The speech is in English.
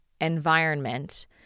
environment